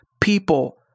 People